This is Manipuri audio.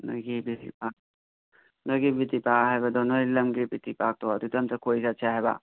ꯅꯣꯏꯒꯤ ꯕꯤ ꯇꯤ ꯄꯥꯛ ꯅꯣꯏꯒꯤ ꯕꯤ ꯇꯤ ꯄꯥꯛ ꯍꯥꯏꯕꯗꯣ ꯅꯣꯏ ꯂꯝꯒꯤ ꯕꯤ ꯇꯤ ꯄꯥꯛꯇꯣ ꯑꯗꯨꯗ ꯑꯝꯇ ꯀꯣꯏ ꯆꯠꯁꯦ ꯍꯥꯏꯕ